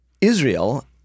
Israel